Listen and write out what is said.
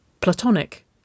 Platonic